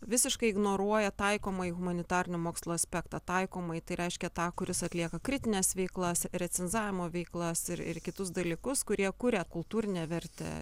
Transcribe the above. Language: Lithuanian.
visiškai ignoruoja taikomąjį humanitarinių mokslų aspektą taikomąjį tai reiškia tą kuris atlieka kritines veiklas recenzavimo veiklas ir ir kitus dalykus kurie kuria kultūrinę vertę